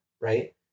right